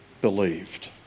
believed